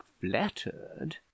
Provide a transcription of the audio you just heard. flattered